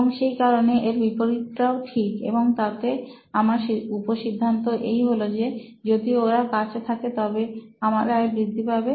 এবং সেই কারণে এর বিপরীতটাও ঠিক এবং তাতে আমার উপসিদ্ধান্ত এই হল যে যদি ওরা কাছে থাকে তবে আমার আয় বৃদ্ধি পাবে